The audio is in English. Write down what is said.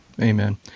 Amen